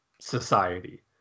society